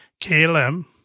KLM